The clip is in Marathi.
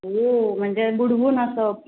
ओ म्हणजे बुडवून असं